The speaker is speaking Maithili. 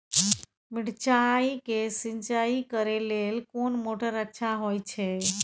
मिर्चाय के सिंचाई करे लेल कोन मोटर अच्छा होय छै?